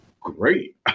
great